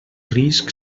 risc